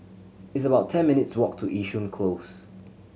it's about ten minutes' walk to Yishun Close